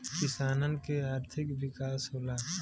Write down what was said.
किसानन के आर्थिक विकास होला